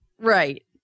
Right